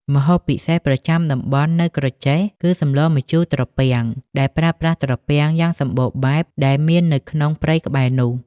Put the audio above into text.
ម្ហូបពិសេសប្រចាំតំបន់នៅក្រចេះគឺសម្លម្ជូរត្រពាំង ដែលប្រើប្រាស់ត្រពាំងយ៉ាងសំបូរបែបដែលមាននៅក្នុងព្រៃក្បែរនោះ។